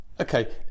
Okay